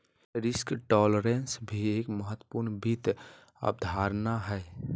risk tolerance भी एक महत्वपूर्ण वित्त अवधारणा हय